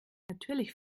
natürlich